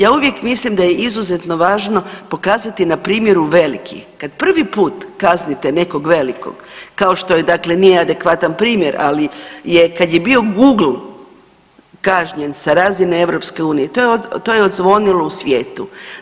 Ja uvijek mislim da je izuzetno važno pokazati na primjeru velikih, kad prvi put kaznite nekog velikog, kao što je dakle, nije adekvatan primjer, ali kad je bio Google kažnjen sa razine EU, to je odzvonilo u svijetu.